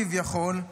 כביכול,